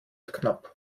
knapp